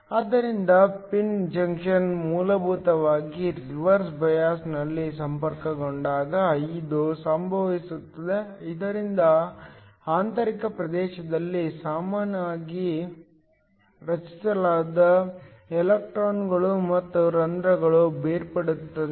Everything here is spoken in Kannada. ಆದ್ದರಿಂದ ಪಿನ್ ಜಂಕ್ಷನ್ ಮೂಲಭೂತವಾಗಿ ರಿವರ್ಸ್ ಬಯಾಸ್ನಲ್ಲಿ ಸಂಪರ್ಕಗೊಂಡಾಗ ಇದು ಸಂಭವಿಸುತ್ತದೆ ಇದರಿಂದ ಆಂತರಿಕ ಪ್ರದೇಶದಲ್ಲಿ ಸಾಮಾನ್ಯವಾಗಿ ರಚಿಸಲಾದ ಎಲೆಕ್ಟ್ರಾನ್ಗಳು ಮತ್ತು ರಂಧ್ರಗಳು ಬೇರ್ಪಡುತ್ತವೆ